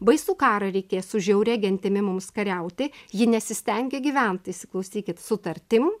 baisų karą reikės su žiauria gentimi mums kariauti ji nesistengia gyventi įsiklausykit sutartim